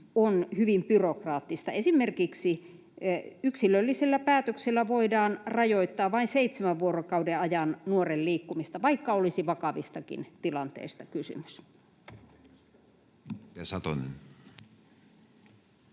on hyvin byrokraattista. Esimerkiksi yksilöllisellä päätöksellä voidaan rajoittaa vain seitsemän vuorokauden ajan nuoren liikkumista, vaikka olisi vakavistakin tilanteista kysymys.